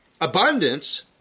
abundance